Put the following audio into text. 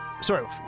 sorry